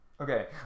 Okay